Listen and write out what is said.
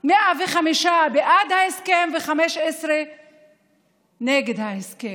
105 בעד ההסכם ו-15 נגד ההסכם,